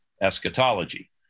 eschatology